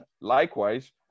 likewise